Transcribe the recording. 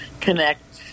connect